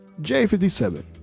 J57